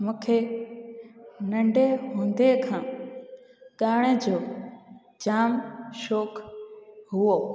मूंखे नंढे हूंदे खां ॻाइण जो जाम शौक़ु हुओ